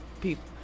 People